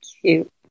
cute